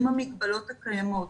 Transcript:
עם המגבלות הקיימות.